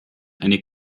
eine